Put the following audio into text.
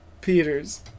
Peters